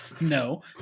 No